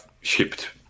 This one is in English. shipped